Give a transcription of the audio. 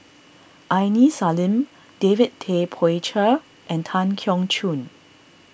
Aini Salim David Tay Poey Cher and Tan Keong Choon